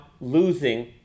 losing